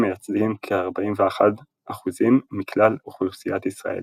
מייצגים כ-41% מכלל אוכלוסיית ישראל.